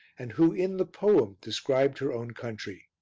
and who in the poem described her own country.